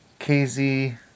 KZ